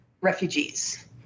refugees